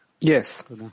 Yes